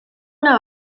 una